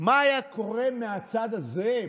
מה היה קורה מהצד הזה,